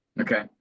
Okay